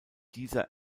dieser